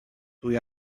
dwi